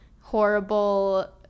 horrible